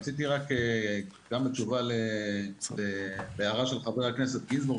רציתי רק תשובה להערה של חבר הכנסת גינזבורג,